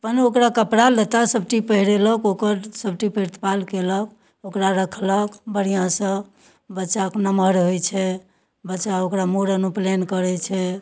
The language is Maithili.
मने ओकरा कपड़ा लत्ता सब चीज पहिरेलक ओकर सबचीज प्रतिपाल कयलक ओकरा रखलक बढ़िआँसँ बच्चाके नमहर होइ छै बच्चा ओकरा मूरन उपनयन करै छै